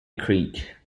creek